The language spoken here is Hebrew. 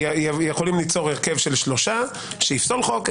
יכולים ליצור הרכב של שלושה שיפסול חוק,